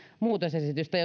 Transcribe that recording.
muutosesitystä